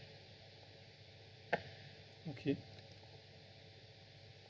okay